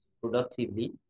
productively